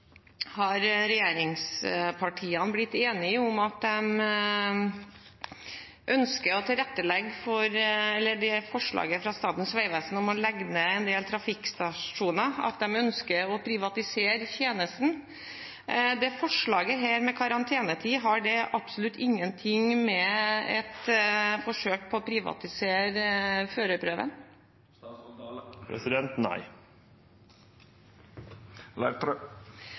regjeringspartiene blitt enige om at de ønsker å tilrettelegge for – dette gjelder forslaget om Statens vegvesen og å legge ned en del trafikkstasjoner – å privatisere tjenesten. Dette forslaget med karantenetid, har det absolutt ingenting å gjøre med et forsøk på å privatisere førerprøven?